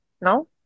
No